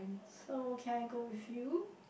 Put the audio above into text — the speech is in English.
so can I go with you